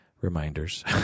reminders